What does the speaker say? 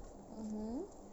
mmhmm